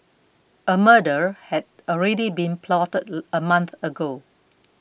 a murder had already been plotted a month ago